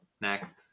Next